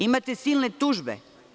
Imate silne tužbe.